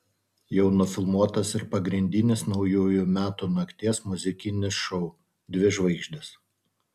jau nufilmuotas ir pagrindinis naujųjų metų nakties muzikinis šou dvi žvaigždės